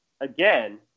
again